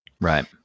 right